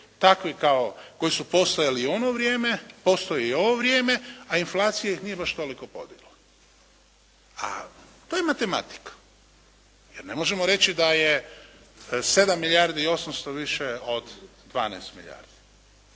takvi kao, koji su postojali i u ono vrijeme, postoje i u ovo vrijeme, a inflacija ih nije baš toliko podigla. A to je matematika. Jer ne možemo reći da je 7 milijardi i 800 više od 12 milijardi.